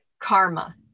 karma